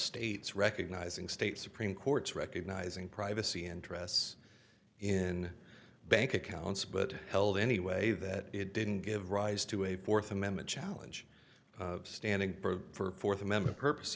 states recognizing state supreme courts recognizing privacy interests in bank accounts but held anyway that it didn't give rise to a fourth amendment challenge standing for fourth amendment purpose